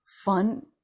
fun